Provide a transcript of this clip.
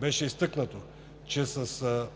Беше изтъкнато, че с